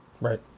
Right